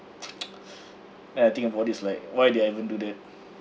and I think of all these like why did I even do that